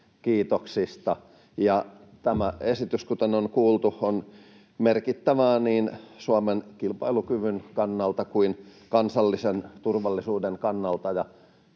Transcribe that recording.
kiitoksista. Tämä esitys, kuten on kuultu, on merkittävä niin Suomen kilpailukyvyn kannalta kuin kansallisen turvallisuuden kannalta,